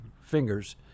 fingers